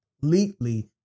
completely